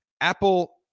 Apple